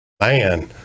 man